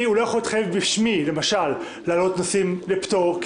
הוא לא יכול להתחייב בשמי למשל להעלות נושאים בפטור כי